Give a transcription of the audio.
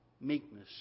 Meekness